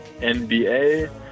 NBA